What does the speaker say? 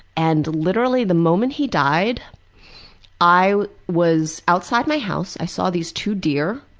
and literally the moment he died i was outside my house. i saw these two deer